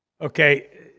Okay